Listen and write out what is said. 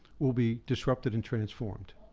will be disrupted and transformed.